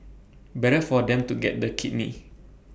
better for them to get the kidney